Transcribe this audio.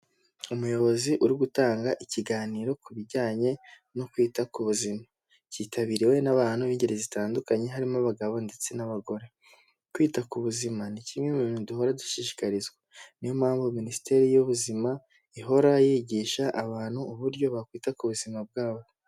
Umuyobozi uri gutanga ikiganiro ku bijyanye no kwita ku buzima, kitabiriwe n'abantu b'ingeri zitandukanye, harimo abagabo ndetse n'abagore. Kwita ku buzima ni kimwe mu bintu duhora dushishikarizwa, niyo mpamvu minisiteri y'ubuzima ihora yigisha abantu uburyo bakwita ku buzima bwabo.